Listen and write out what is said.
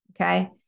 Okay